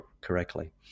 correctly